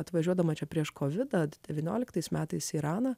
atvažiuodama čia prieš covid devynioliktais metais iraną